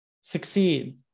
succeed